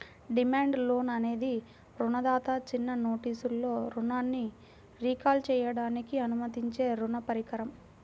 demand loan అనేది రుణదాత చిన్న నోటీసులో రుణాన్ని రీకాల్ చేయడానికి అనుమతించే రుణ పరికరం